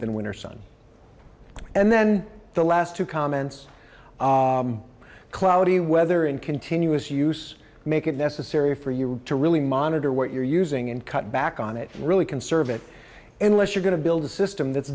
than winter sun and then the last two comments cloudy weather and continuous use make it necessary for you to really monitor what you're using and cut back on it really conserve it unless you're going to build a system that's